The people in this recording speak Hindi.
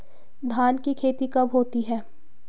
धान की खेती कब होती है?